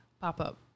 pop-up